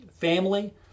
family